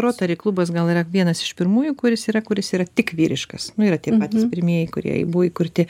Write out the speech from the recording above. rotary klubas gal yra vienas iš pirmųjų kuris yra kuris yra tik vyriškas nu yra tie patys pirmieji kurie buvo įkurti